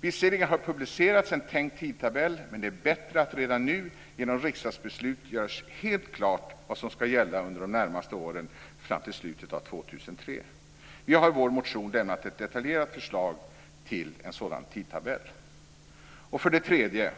Visserligen har det publicerats en tänkt tidtabell, men det är bättre att det redan nu genom riksdagsbeslut görs helt klart vad som ska gälla under de närmaste åren fram till slutet av år 2003. Vi har i vår motion lämnat ett detaljerat förslag till en sådan tidtabell. 3.